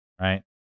Right